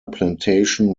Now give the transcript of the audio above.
plantation